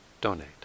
donate